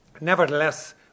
nevertheless